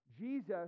Jesus